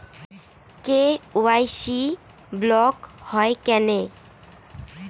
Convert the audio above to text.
KYC block হয় কেনে?